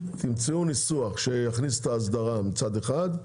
תמצאו ניסוח שיכניס את ההסדרה מצד אחד,